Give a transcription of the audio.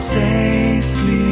safely